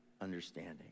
understanding